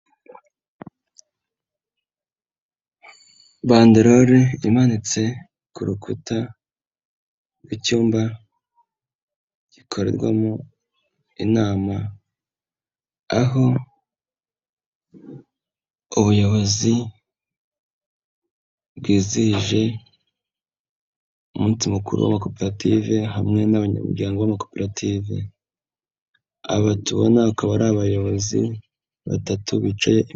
Bandelore imanitse ku rukuta rw'icyumba gikorerwamo inama, aho ubuyobozi bwizihije umunsi mukuru w'amakoperative hamwe n'abanyamuryango b'amakoperative, aba tubona akaba ari abayobozi batatu bicaye.